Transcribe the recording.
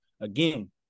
again